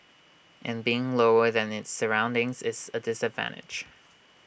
and being lower than its surroundings is A disadvantage